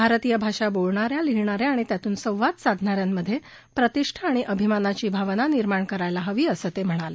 भारतीय भाषा बोलणाऱ्या लिहिणाऱ्या अणि त्यातून संवाद साधणा यांमधे प्रतिष्ठा आणि अभिमानाची भावना निर्माण करायला हवी असं ते म्हणाले